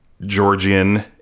Georgian